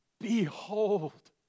behold